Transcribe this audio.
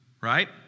right